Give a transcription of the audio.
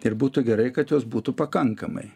ir būtų gerai kad jos būtų pakankamai